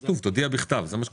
כתוב, תודיע בכתב, זה מה שכתוב,